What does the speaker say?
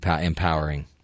empowering